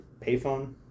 payphone